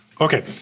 Okay